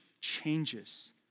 changes